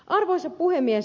arvoisa puhemies